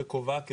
וקובעת כבעלים.